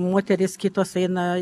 moterys kitos eina